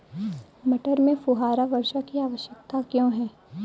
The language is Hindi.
मटर में फुहारा वर्षा की आवश्यकता क्यो है?